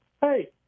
hey